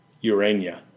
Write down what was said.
Urania